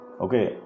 okay